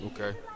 Okay